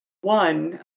One